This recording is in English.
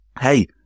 hey